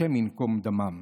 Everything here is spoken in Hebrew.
השם ייקום דמם,